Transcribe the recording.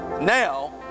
now